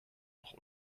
noch